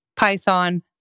Python